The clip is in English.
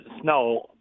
snow